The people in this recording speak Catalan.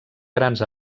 grans